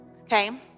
okay